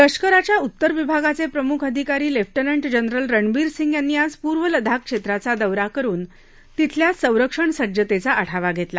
लष्कराच्या उत्तर विभागाचे प्रमुख अधिकारी लेफ्टनंट जनरल रणबीर सिंग यांनी आज पूर्व लदाख क्षेत्राचा दौरा करुन तिथल्या संरक्षण सज्जतेचा आढावा घेतला